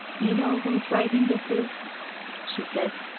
you know whose writing this is she said.